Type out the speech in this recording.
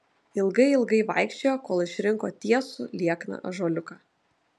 ilgai ilgai vaikščiojo kol išrinko tiesų liekną ąžuoliuką